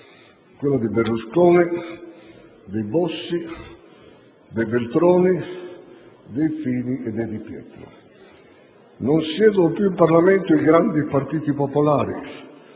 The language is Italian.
quella dei Berlusconi, dei Bossi, dei Veltroni, dei Fini e dei Di Pietro. Non siedono più in Parlamento i grandi partiti popolari: